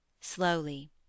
slowly